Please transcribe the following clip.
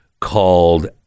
called